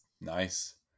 nice